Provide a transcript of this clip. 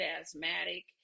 asthmatic